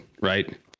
right